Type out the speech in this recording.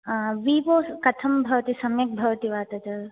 Vivo कथं भवति सम्यक् भवति वा तत्